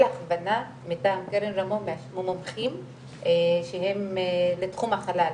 הכוונה מטעם קרן רמון ומומחים מתחום החלל,